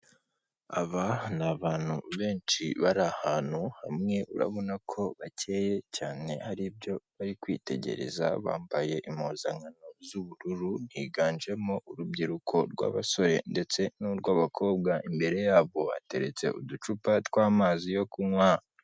Aba ni abantu benshi bari ahantu hamwe, urabona ko bakeye cyane, hari ibyo bari kwitegereza, bambaye impuzankano z'ubururu, higanjemo urubyiruko rw'abasore ndetse n'urw'abakobwa, imbere yabo hateretse uducupa tw'amazi yo kunywa.